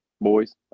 boys